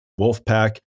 Wolfpack